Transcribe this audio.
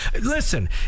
Listen